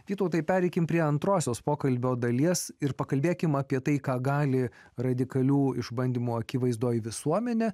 vytautai pereikime prie antrosios pokalbio dalies ir pakalbėkime apie tai ką gali radikalių išbandymų akivaizdoje visuomenė